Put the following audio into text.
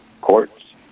courts